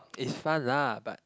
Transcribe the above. it's fun lah but